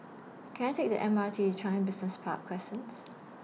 Can I Take The M R T to Changi Business Park Crescent